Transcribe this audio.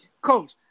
Coach